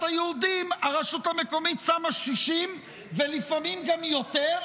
היהודיים הרשות המקומית שמה 60% ולפעמים גם יותר,